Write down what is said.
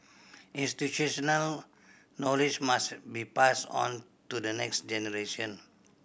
institutional knowledge must be passed on to the next generation